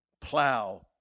plow